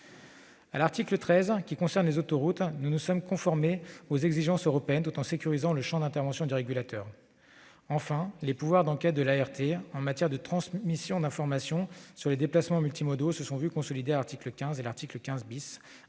À l'article 13, qui concerne les autoroutes, nous nous sommes conformés aux exigences européennes, tout en sécurisant le champ d'intervention du régulateur. Enfin, les pouvoirs d'enquête de l'ART en matière de transmission d'informations sur les déplacements multimodaux se sont vus consolider aux articles 15 et 15 . Introduits à